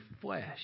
flesh